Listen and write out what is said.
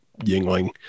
Yingling